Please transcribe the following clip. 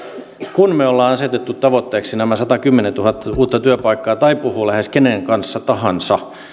kun me olemme asettaneet tavoitteeksi nämä satakymmentätuhatta uutta työpaikkaa niin kun puhuu lähes kenen kanssa tahansa